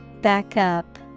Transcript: Backup